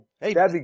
Hey